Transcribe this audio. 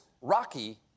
rocky